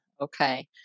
okay